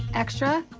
extra,